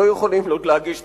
לא יכולים עוד להגיש תוכנית.